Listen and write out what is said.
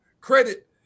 credit